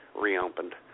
reopened